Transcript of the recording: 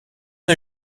n’a